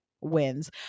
wins